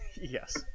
Yes